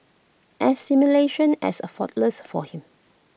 assimilation as effortless for him